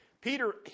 Peter